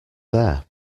there